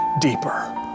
Deeper